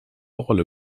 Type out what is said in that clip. rolle